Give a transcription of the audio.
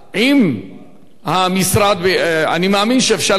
אני מאמין שאפשר לנצל את זה.